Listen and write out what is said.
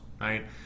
right